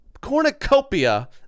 cornucopia